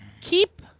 keep